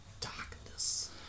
Darkness